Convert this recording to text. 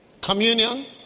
Communion